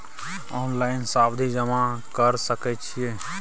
Online सावधि जमा कर सके छिये?